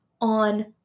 on